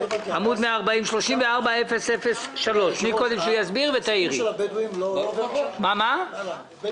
34-003. יש פה הרבה